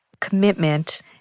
commitment